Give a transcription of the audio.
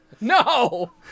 No